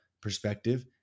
perspective